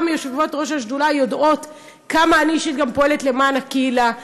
גם יושבות-ראש השדולה יודעות כמה אני פועלת למען הקהילה.